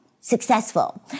successful